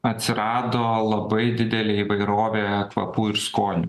atsirado labai didelė įvairovė kvapų ir skonių